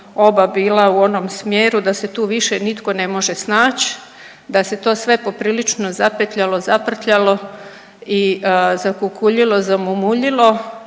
oba bila u onom smjeru da se tu više nitko ne može snaći, da se to sve poprilično zapetljalo, zaprtljalo i zakukuljilo, zamumuljilo